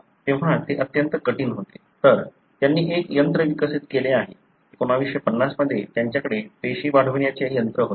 तेव्हा ते अत्यंत कठीण होते तर त्यांनी एक तंत्र विकसित केले आहे 1950 मध्ये त्यांच्याकडे पेशी वाढवण्याचे तंत्र होते